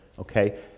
Okay